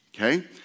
okay